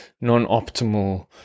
non-optimal